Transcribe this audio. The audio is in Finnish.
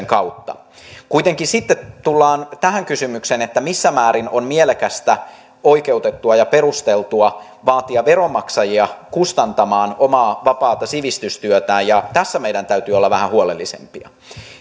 kautta kuitenkin sitten tullaan tähän kysymykseen että missä määrin on mielekästä oikeutettua ja perusteltua vaatia veronmaksajia kustantamaan omaa vapaata sivistystyötään ja tässä meidän täytyy olla vähän huolellisempia